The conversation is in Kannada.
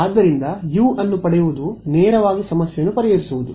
ಆದ್ದರಿಂದ ಯು ಅನ್ನು ಪಡೆಯುವುದು ನೇರವಾಗಿ ಸಮಸ್ಯೆಯನ್ನು ಪರಿಹರಿಸುವುದು